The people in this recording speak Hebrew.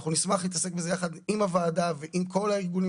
אנחנו נשמח להתעסק בזה יחד עם הוועדה ועם כל הארגונים